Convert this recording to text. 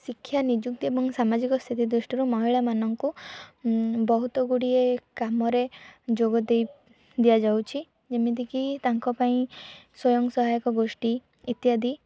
ଶିକ୍ଷା ନିଯୁକ୍ତି ଏବଂ ସାମାଜିକ ସ୍ଥିତି ଦୃଷ୍ଟିରୁ ମହିଳାମାନଙ୍କୁ ବହୁତ ଗୁଡ଼ିଏ କାମରେ ଯୋଗଦେଇ ଦିଆଯାଉଛି ଯେମିତିକି ତାଙ୍କପାଇଁ ସ୍ଵୟଂସହାୟକ ଗୋଷ୍ଠୀ ଇତ୍ୟାଦି